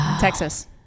texas